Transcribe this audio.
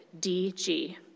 DG